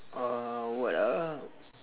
uh what ah